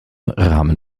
rahmen